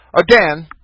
Again